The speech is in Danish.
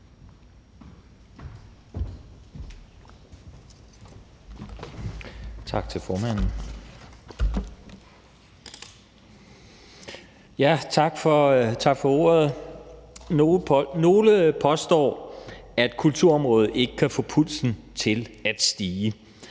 tak for ordet. Nogle påstår, at kulturområdet ikke kan få pulsen til at stige,